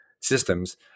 systems